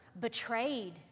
betrayed